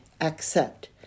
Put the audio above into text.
accept